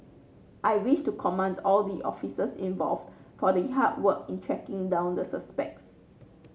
I wish to commend all the officers involved for the hard work in tracking down the suspects